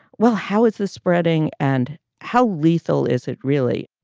well, how is this spreading and how lethal is it really?